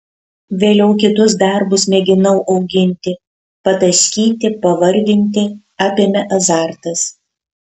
vėliau kitus darbus mėginau auginti pataškyti pavarvinti apėmė azartas